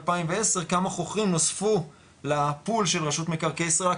מ-2010 כמה חוכרים נוספו ל-pool של רשות מקרקעי ישראל,